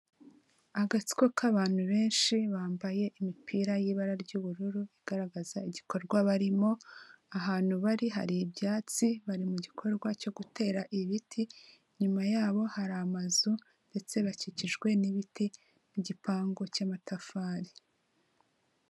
Agatsiko k'abantu benshi bambaye imipira y'ibara ry'ubururu igaragaza igikorwa barimo, ahantu bari hari ibyatsi bari mu gikorwa cyo gutera ibiti, inyuma yabo hari amazu ndetse bakikijwe n'ibiti mu gipangu cy'amatafari.